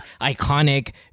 iconic